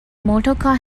motorcar